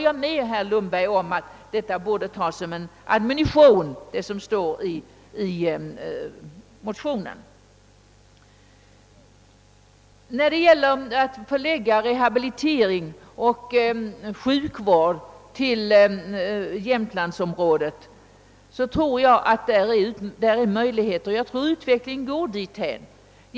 Jag tror också att möjligheterna att förlägga rehabilitering och sjukvård till Jämtland är goda och att utvecklingen kommer att gå dithän.